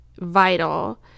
vital